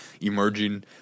emerging